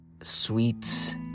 sweets